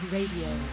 Radio